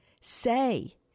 say